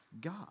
God